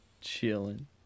Chilling